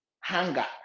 hunger